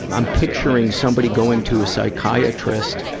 i'm picturing somebody going to a psychiatrist,